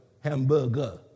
hamburger